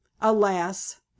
alas